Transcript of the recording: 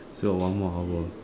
still got one more hour